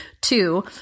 Two